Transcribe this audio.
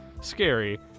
scary